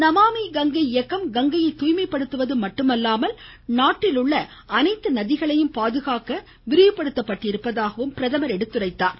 நமாமி கங்கை இயக்கம் கங்கையை தூய்மைப்படுத்துவது மட்டுமல்லாமல் நாட்டில் உள்ள அனைத்து நதிகளையும் பாதுகாக்க விரிவுபடுத்தப்பட்டிருப்பதாக அவர் கூறினார்